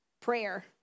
prayer